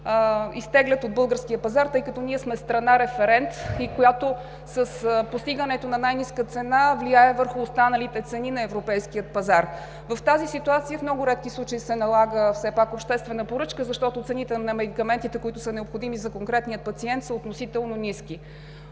изтеглят от българския пазар, тъй като ние сме страна референт, която с постигането на най-ниска цена влияе върху останалите цени в европейския пазар. В тази ситуация в много редки случаи се налага все пак обществена поръчка, защото цените на медикаментите, които са необходими за конкретния пациент, са относително ниски.